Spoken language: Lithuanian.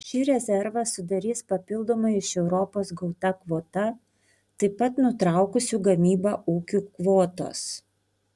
šį rezervą sudarys papildomai iš europos gauta kvota taip pat nutraukusių gamybą ūkių kvotos